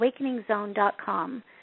AwakeningZone.com